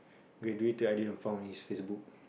graduated I didn't found his facebook